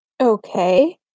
Okay